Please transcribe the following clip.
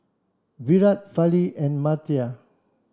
Virat Fali and Amartya